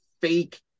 fake